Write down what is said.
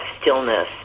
stillness